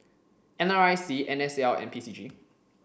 N R I C N S L and P C G